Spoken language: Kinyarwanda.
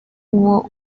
uwo